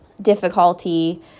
difficulty